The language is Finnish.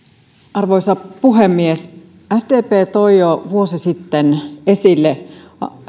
arvoisa puhemies sdp toi jo vuosi sitten esille